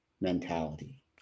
mentality